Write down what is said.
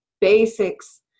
basics